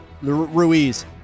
Ruiz